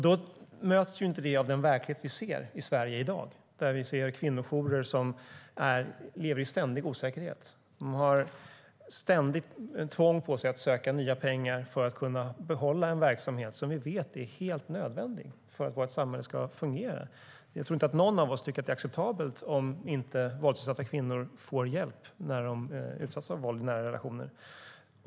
Det möts inte av den verklighet vi ser i Sverige i dag, där vi ser kvinnojourer som lever i ständig osäkerhet. De har ett ständigt tvång på sig att söka nya pengar för att kunna behålla en verksamhet vi vet är helt nödvändig för att vårt samhälle ska fungera - jag tror inte att någon av oss skulle tycka att det vore acceptabelt om våldsutsatta kvinnor inte fick hjälp när de utsätts för våld i nära relationer.